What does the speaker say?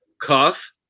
cuff